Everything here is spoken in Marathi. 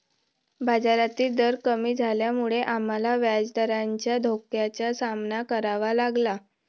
बाजारातील दर कमी झाल्यामुळे आम्हाला व्याजदराच्या धोक्याचा सामना करावा लागला